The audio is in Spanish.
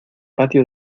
patio